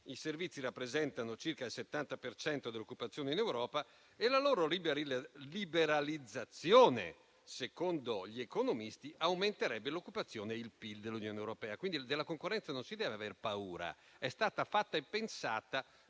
i servizi rappresentano circa il 70 per cento dell'occupazione in Europa e la loro liberalizzazione, secondo gli economisti, aumenterebbe l'occupazione e il PIL dell'Unione europea. Della concorrenza, quindi, non si deve aver paura: è stata fatta e pensata